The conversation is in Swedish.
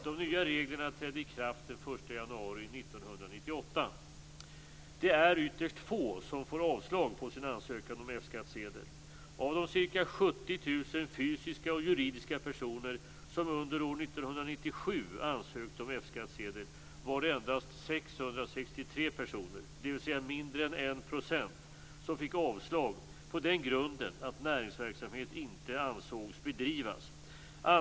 De nya reglerna trädde i kraft den Det är ytterst få som får avslag på sin ansökan om F-skattsedel. Av de ca 70 000 fysiska och juridiska personer som under år 1997 ansökte om F-skattsedel var det endast 663 personer, dvs. mindre än 1 %, som fick avslag på den grunden att näringsverksamhet inte ansågs bedrivas.